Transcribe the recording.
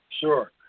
Sure